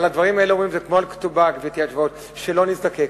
על הדברים האלה אומרים כמו על כתובה: שלא נזדקק.